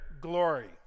glory